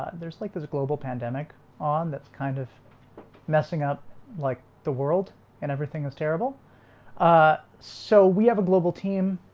there's like this global pandemic on that's kind of messing up like the world and everything is terrible ah, so we have a global team.